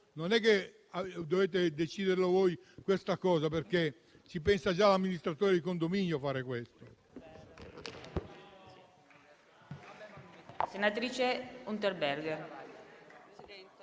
non dovete deciderlo voi, perché ci pensa già l'amministratore di condominio a fare questo.